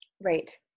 Right